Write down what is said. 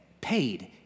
paid